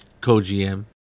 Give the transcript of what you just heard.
co-GM